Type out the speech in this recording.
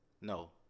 no